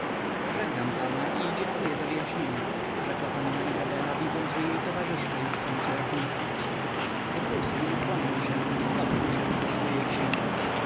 żegnam pana i dziękuję za wyjaśnienia rzekła panna izabela widząc że jej towarzyszka już kończy rachunki wokulski ukłonił się i znowu usiadł do swej księgi